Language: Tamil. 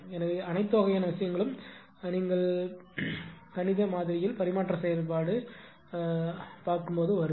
எனவே அனைத்து வகையான விஷயங்களும் நீங்கள் கணித மாதிரியில் பரிமாற்ற செயல்பாட்டு வரும்